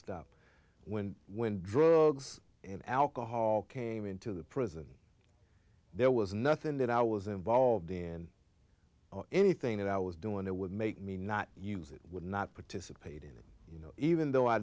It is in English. stop when when drugs and alcohol came into the prison there was nothing that i was involved in anything that i was doing that would make me not use it would not participate in you know even though i